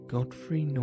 Godfrey